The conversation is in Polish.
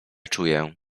czuję